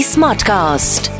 Smartcast